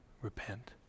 repent